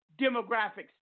demographics